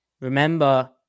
remember